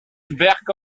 berg